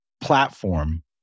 platform